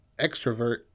extrovert